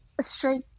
straight